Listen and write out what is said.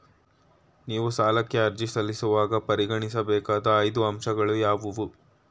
ನೀವು ಸಾಲಕ್ಕೆ ಅರ್ಜಿ ಸಲ್ಲಿಸುವಾಗ ಪರಿಗಣಿಸಬೇಕಾದ ಐದು ಅಂಶಗಳು ಯಾವುವು?